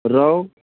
रहु